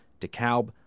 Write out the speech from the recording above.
DeKalb